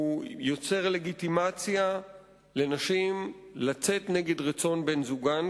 הוא יוצר לגיטימציה לנשים לצאת נגד רצון בן-זוגן,